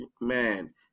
man